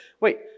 wait